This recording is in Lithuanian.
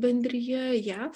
bendrija jav